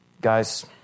Guys